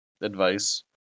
Advice